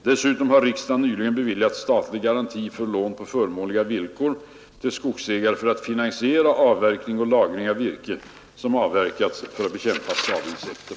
Dessutom har riksdagen nyligen beviljat statlig garanti för lån på förmånliga villkor till skogsägare för att finansiera avverkning och lagring av virke som avverkats för att bekämpa skadeinsekter.